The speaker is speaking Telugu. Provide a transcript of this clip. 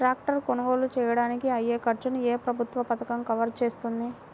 ట్రాక్టర్ కొనుగోలు చేయడానికి అయ్యే ఖర్చును ఏ ప్రభుత్వ పథకం కవర్ చేస్తుంది?